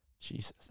Jesus